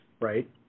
right